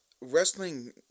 wrestling